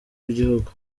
w’igihugu